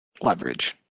leverage